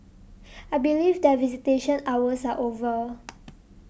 I believe that visitation hours are over